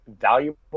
valuable